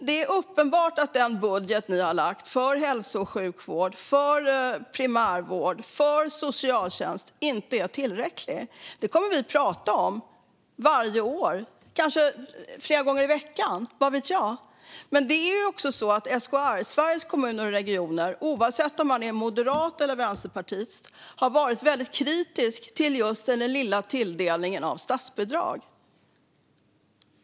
Det är uppenbart att er budget för hälso och sjukvård och socialtjänst inte är tillräcklig. Detta kommer vi att prata om varje år, kanske flera gånger i veckan. Vad vet jag? I SKR, Sveriges Kommuner och Regioner, har man oavsett om man är moderat eller vänsterpartist varit väldigt kritisk till det låga statsbidraget.